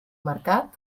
mercat